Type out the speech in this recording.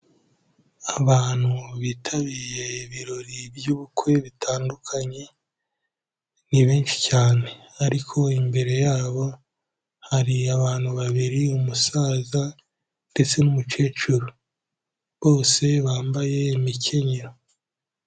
Abantu bitabiriye ibirori by'ubukwe bitandukanye, ni benshi cyane ariko imbere ya bo hari abantu babiri umusaza ndetse n'umukecuru, bose bambaye imikenyero.